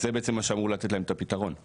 זה בעצם מה שאמור לתת להם את הפתרון.